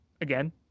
Again